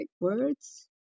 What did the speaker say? words